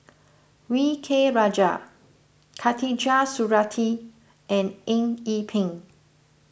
V K Rajah Khatijah Surattee and Eng Yee Peng